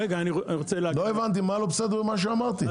לא הבנתי מה לא בסדר במה שאמרתי.